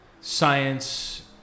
science